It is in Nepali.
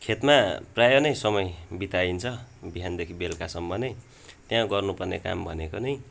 खेतमा प्रायः नै समय बिताइन्छ बिहानदेखि बेलुकासम्म नै त्यहाँ गर्नुपर्ने काम भनेको नै